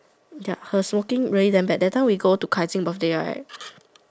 ya her smoking really damn bad that time we go to Kai-Xing birthday right